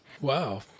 Wow